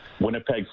Winnipeg